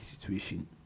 situation